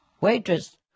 Waitress